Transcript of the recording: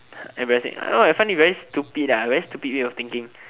embarrassing I know I find it very stupid ah very stupid way of thinking